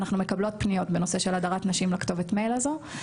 אנחנו מקבלות פניות בנושא של הדרת נשים לכתובת המייל הזו,